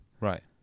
right